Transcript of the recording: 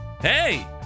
Hey